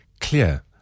clear